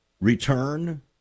return